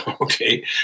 Okay